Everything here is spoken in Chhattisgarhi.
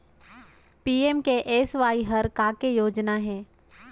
पी.एम.के.एस.वाई हर का के योजना हे?